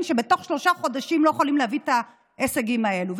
שבתוך שלושה חודשים לא יכולים להביא את ההישגים האלו.